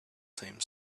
same